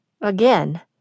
Again